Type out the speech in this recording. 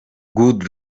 good